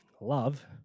Love